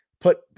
Put